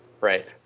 right